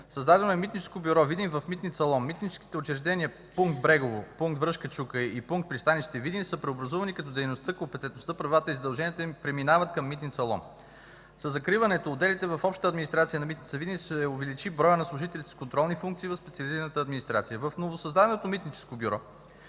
Създадено е Митническо бюро Видин в Митница Лом. Митническите учреждения Пункт Брегово, Пункт Връшка чука и Пункт пристанище Видин са преобразувани като дейността, компетентността, правата и задълженията им преминават към Митница Лом. Със закриването отделите в „Обща администрация” на Митница Видин се увеличи броят на служителите с контролни функции в специализираната администрация. В новосъздаденото Митническо бюро